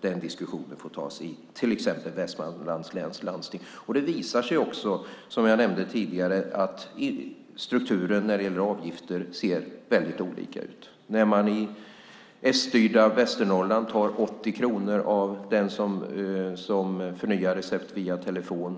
Den diskussionen får tas i till exempel Västmanlands läns landsting. Det visar sig också, som jag nämnde tidigare, att strukturen när det gäller avgifter ser väldigt olika ut. I s-styrda Västernorrland tar man 80 kronor av den som förnyar recept via telefon.